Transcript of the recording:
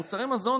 מוצרי מזון,